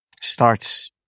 starts